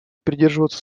придерживаться